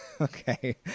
Okay